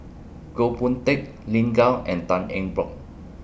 Goh Boon Teck Lin Gao and Tan Eng Bock